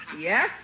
Yes